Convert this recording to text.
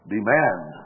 Demand